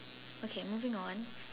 okay moving on